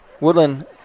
Woodland